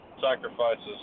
sacrifices